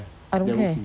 I don't care